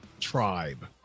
tribe